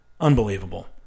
Unbelievable